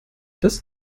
das